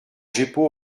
jeppo